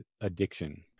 Addiction